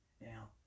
Now